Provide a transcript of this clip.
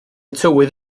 tywydd